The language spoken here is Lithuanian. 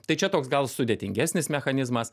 tai čia toks gal sudėtingesnis mechanizmas